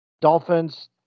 Dolphins